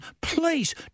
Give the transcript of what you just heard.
please